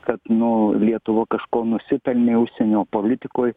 kad nu lietuva kažko nusipelnė užsienio politikoj